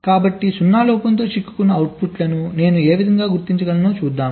కాబట్టి 0 లోపంతో చిక్కుకున్న అవుట్పుట్ను నేను ఎలా గుర్తించగలను చూద్దాం